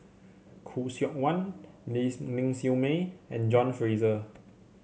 Khoo Seok Wan Lees Ling Siew May and John Fraser